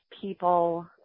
people